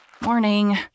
Morning